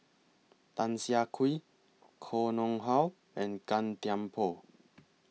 Tan Siah Kwee Koh Nguang How and Gan Thiam Poh